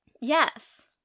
Yes